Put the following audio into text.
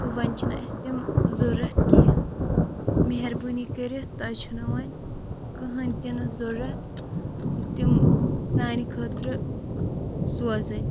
تہٕ وۄنۍ چھِنہٕ اسہِ تِم ضوٚرَتھ کیٚنہہ مہربٲنی کٔرِتھ تۄہہِ چھُ نہٕ وۄنۍ کٕہٕنۍ تِنہٕ ضوٚرتھ تِم سانہِ خٲطرٕ سوزٕنۍ